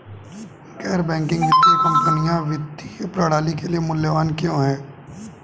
गैर बैंकिंग वित्तीय कंपनियाँ वित्तीय प्रणाली के लिए मूल्यवान क्यों हैं?